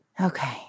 Okay